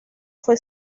fue